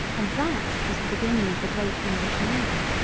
and that was the beginning of the great english navy,